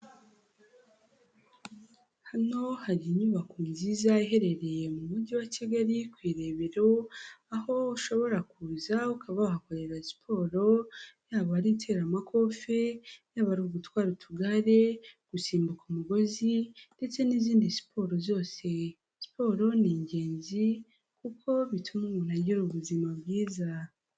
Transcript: Hano hari inyubako nziza iherereye mu mujyi wa Kigali ku irebero, aho ushobora kuza ukaba wahakorera siporo, yaba ari iteramakofe, yaba ari ugutwara utugare, gusimbuka umugozi ndetse n'izindi siporo zose. Siporo ni ingenzi, kuko bituma umuntu agira ubuzima bwiza.